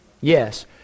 yes